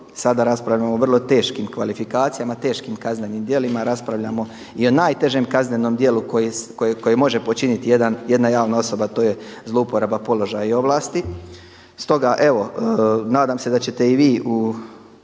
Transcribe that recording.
sada raspravljamo o vrlo teškim kvalifikacijama, teškim kaznenim djelima, raspravljamo i o najtežem kaznenom djelu koje može počiniti jedna javna osoba a to je zlouporaba položaja i ovlasti.